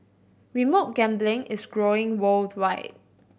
remote gambling is growing worldwide